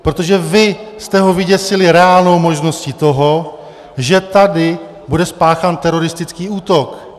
Protože vy jste ho vyděsili reálnou možností toho, že tady bude spáchán teroristický útok.